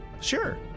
Sure